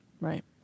right